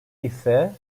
ise